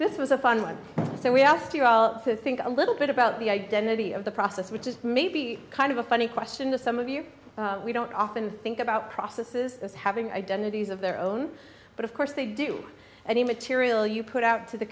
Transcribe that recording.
this was a fun one so we have to think a little bit about the identity of the process which is maybe kind of a funny question to some of you we don't often think about processes as having identities of their own but of course they do any material you put out to the